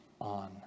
on